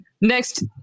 Next